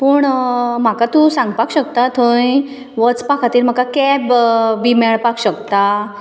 पूण म्हाका तूं सांगपाक शकता थंय वचपा खातीर म्हाका कॅब बी मेळपाक शकता